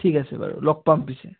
ঠিক আছে বাৰু লগ পাম পিছে